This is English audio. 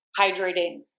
hydrating